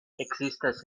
ekzistas